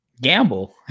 gamble